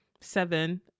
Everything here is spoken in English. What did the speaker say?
seven